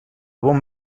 bon